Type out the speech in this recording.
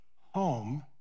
home